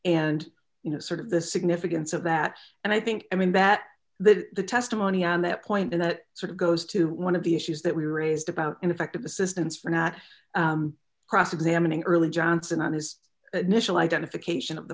and you know sort of the significance of that and i think i mean that the testimony on that point and that sort of goes to one of the issues that we raised about ineffective assistance for not cross examining early johnson and his initial identification of the